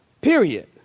Period